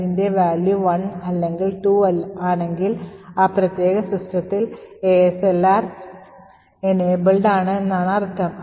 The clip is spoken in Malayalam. അതിൻറെ value 1 അല്ലെങ്കിൽ 2 ആണെങ്കിൽ ആ പ്രത്യേക സിസ്റ്റത്തിൽ ASLR enabled ആണ് എന്നാണ് ഇതിനർത്ഥം